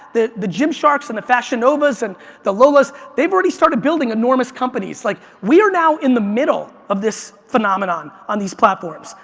the the gymsharks and the fashion novas and the lolas, they've already started building enormous companies. like we are now in the middle of this phenomenon on these platforms.